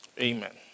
Amen